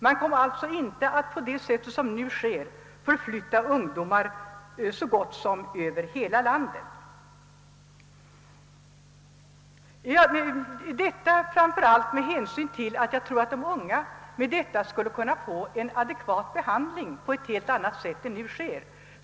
Man skulle inte på det sätt som nu sker förflytta ungdomar över så gott som hela landet. Därmed tror jag att de unga skulle kunna få en adekvat behandling på ett helt annat sätt än nu.